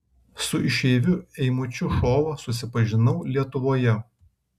su išeiviu eimučiu šova susipažinau lietuvoje